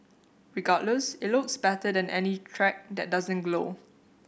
regardless it looks better than any track that doesn't glow